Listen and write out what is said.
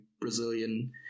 Brazilian